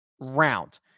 round